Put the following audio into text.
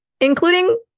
including-